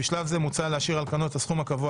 בשלב זה מוצע להשאיר על כנו את הסכום הקבוע